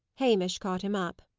hamish caught him up.